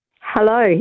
Hello